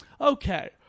Okay